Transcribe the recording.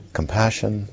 compassion